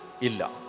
illa